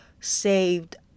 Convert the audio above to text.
saved